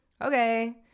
okay